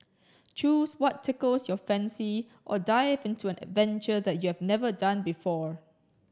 choose what tickles your fancy or dive into an adventure that you have never done before